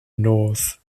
north